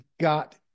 got